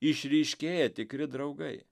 išryškėja tikri draugai